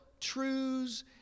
truths